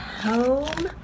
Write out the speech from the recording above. home